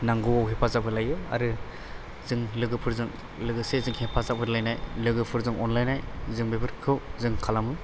नांगौआव हेफाजाब होलायो आरो जों लोगोफोरजों लोगोसे जों हेफाजाब होलायनाय लोगोफोरजों अनलायनाय जों बेफोरखौ जों खालामो